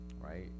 right